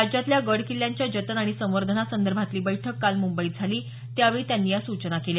राज्यातल्या गड किल्ल्यांच्या जतन आणि संवर्धनासंदर्भातली बैठक काल मुंबईत झाली त्यावेळी त्यांनी या सूचना केल्या